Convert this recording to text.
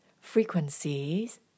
frequencies